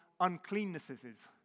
uncleannesses